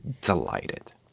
delighted